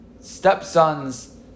stepson's